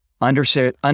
understand